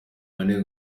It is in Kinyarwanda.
bane